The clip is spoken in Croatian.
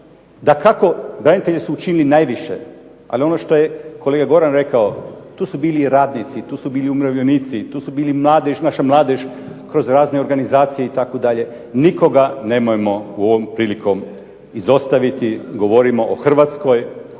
Dakako, branitelji su učinili najviše, ali ono što je kolega Goran rekao tu su bili radnici, tu su bili umirovljenici, tu su bili mladež, naša mladež kroz razne organizacije itd. Nikoga nemojmo ovom prilikom izostaviti. Govorimo o Hrvatskoj koja je pobijedila,